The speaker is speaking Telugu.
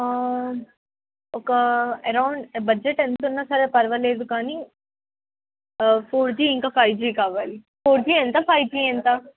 ఒక ఎరౌండ్ బడ్జెట్ ఎంతున్నా సరే పర్వాలేదు కానీ ఫోర్ జి ఇంకా ఫైవ్ జి కావాలి ఫోర్ జి ఎంత ఫైవ్ జి ఎంత